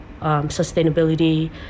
sustainability